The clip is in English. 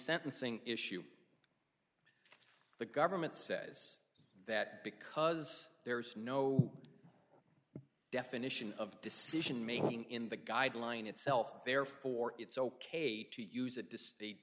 sentencing issue the government says that because there is no definition of decision making in the guideline itself therefore it's ok to use it